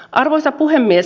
arvoisa puhemies